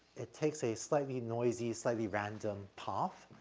it takes a slightly noisy, slightly random path.